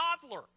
toddler